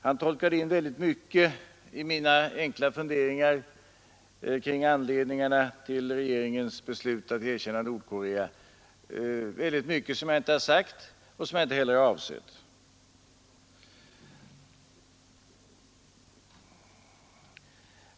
Han tolkade in mycket i mina enkla funderingar kring anledningarna till regeringens beslut att erkänna Nordkorea, saker som jag varken hade sagt eller avsett.